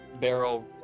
barrel